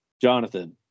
Jonathan